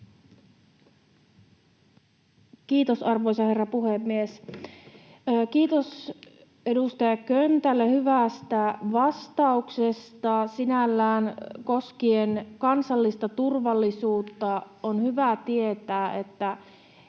Kiitos, arvoisa herra puhemies! Kiitos edustaja Köntälle sinällään hyvästä vastauksesta koskien kansallista turvallisuutta. On hyvä tietää, että